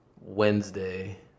Wednesday